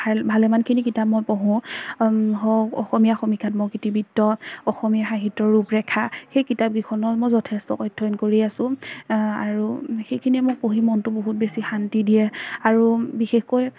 ভাল ভালেমানখিনি কিতাপ মই পঢ়ো হওক অসমীয়া সমীক্ষাত্মক ইতিবৃত্ত অসমীয়া সাহিত্যৰ ৰূপৰেখা সেই কিতাপকেইখনো মই যথেষ্ট অধ্যয়ন কৰি আছো আৰু সেইখিনিয়ে মোক পঢ়ি মনটো বহুত বেছি শান্তি দিয়ে আৰু বিশেষকৈ